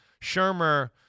Shermer